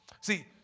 see